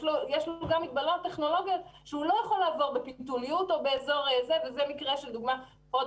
יש לו מגבלות טכנולוגיות שהוא לא יכול לעבור בפיתוליות וזה דוגמת הוד